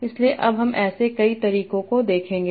इसलिए अब हम ऐसे कई तरीकों को देखेंगे